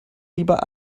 lieber